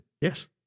Yes